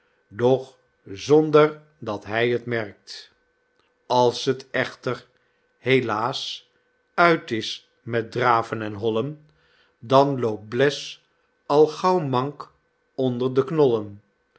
doch zonder dat hy t merkt als t echter helaas uit is met draven en hollen dan loopt bles al gaauw mank onder de knollen